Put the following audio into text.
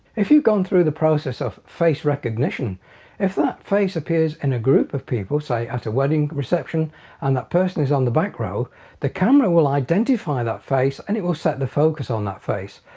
if you've gone through the process of face recognition if that face appears in a group of people say at a wedding reception and that person is on the back row the camera will identify that face and it will set the focus on that face.